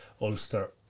Ulster